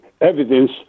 evidence